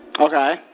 Okay